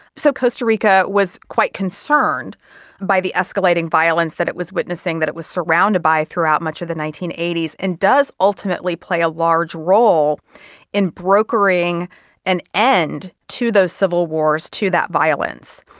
so costa rica was quite concerned by the escalating violence that it was witnessing, that it was surrounded by throughout much of the nineteen eighty s and does ultimately play a large role in brokering an end to those civil wars, to that violence.